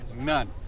None